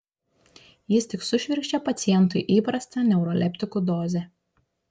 jis tik sušvirkščia pacientui įprastą neuroleptikų dozę